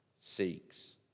seeks